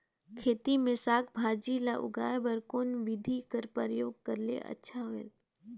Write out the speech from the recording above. खेती मे साक भाजी ल उगाय बर कोन बिधी कर प्रयोग करले अच्छा होयल?